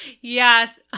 Yes